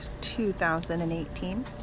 2018